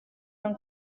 non